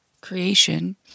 creation